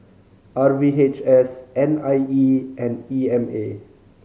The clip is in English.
R V H S N I E and E M A